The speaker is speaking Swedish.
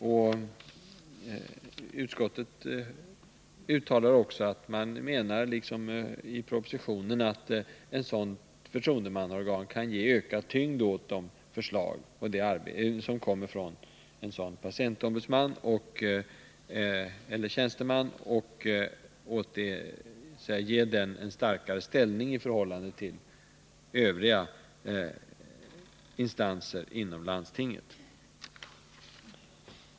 Både inom utskottet och i propositionen framhålls att ett sådant förtroendemannaorgan kan ge ökad tyngd åt de förslag som kommer från en tjänsteman. Det ger organet en starkare ställning i förhållande till övriga instanser inom landstinget.